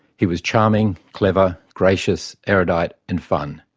he was charming, clever, gracious, erudite and fun.